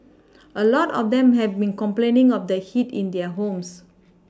a lot of them have been complaining of the heat in their homes